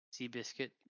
Seabiscuit